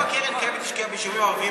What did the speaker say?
כמה הקרן הקיימת השקיעה ביישובים הערביים